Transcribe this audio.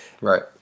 right